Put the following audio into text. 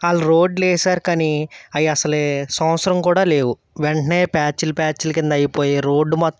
వాళ్ళు రోడ్లు వేసారు కానీ అయి అసలే సంవత్సరం కూడా లేవు వెంటనే ప్యాచ్లు ప్యాచ్ల కింద అయిపోయాయి రోడ్డు